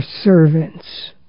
servants